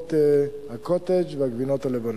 לרבות ה"קוטג'" והגבינות הלבנות.